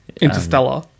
Interstellar